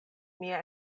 mia